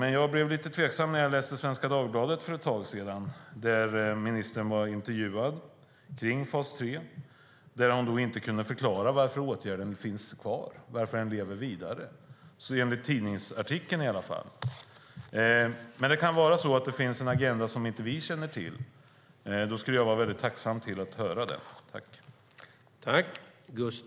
Men jag blev lite tveksam när jag läste en intervju med ministern i Svenska Dagbladet för ett tag sedan om fas 3. Hon kunde där inte förklara varför åtgärden finns kvar och lever vidare - åtminstone enligt tidningsartikeln. Men det kan finnas en agenda som vi inte känner till. I så fall skulle jag vara tacksam att få höra det.